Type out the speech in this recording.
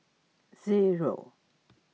zero